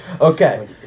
Okay